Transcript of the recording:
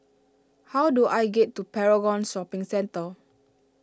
how do I get to Paragon Shopping Centre